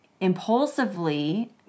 impulsively